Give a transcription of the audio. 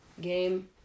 game